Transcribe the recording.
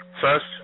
First